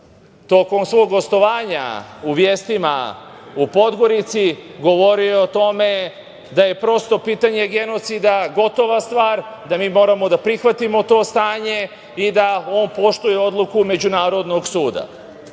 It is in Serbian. tokom svog gostovanja u „Vijestima“ u Podgorici govorio o tome da je prosto pitanje genocida gotova stvar, da mi moramo da prihvatimo to stanje i da on poštuje odluku Međunarodnog